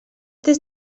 des